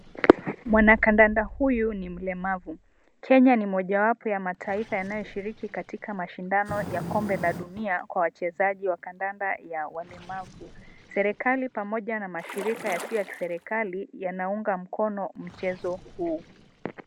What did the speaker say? Mwanakadanda huyu ni mlemavu. Kenya ni mojawapo ya mataifa yanayeshiriki katika mashindano ya kombe la dunia kwa wachezaji wa kadanda ya walemavu. Serikali pamoja na mashirika yasiyo ya kiserikali yanaunga mkono mchezo huo.